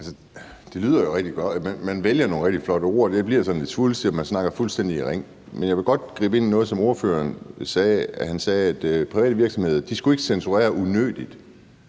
Det lyder jo rigtig godt: Man vælger nogle rigtig flotte ord, det bliver lidt svulstigt, og man snakker fuldstændig i ring. Jeg vil godt gribe fat i noget, som ordføreren sagde. Han sagde, at private virksomheder ikke skal censurere unødigt.